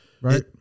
Right